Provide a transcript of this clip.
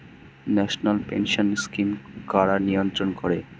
National pension scheme কারা নিয়ন্ত্রণ করে?